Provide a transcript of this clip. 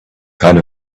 kind